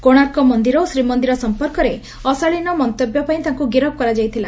କୋଶାର୍କ ମନ୍ଦିର ଓ ଶ୍ରୀମନ୍ଦିର ସମ୍ପର୍କରେ ଅଶାଳୀନ ମନ୍ତବ୍ୟ ପାଇଁ ତାଙ୍କୁ ଗିରଫ କରାଯାଇଥିଲା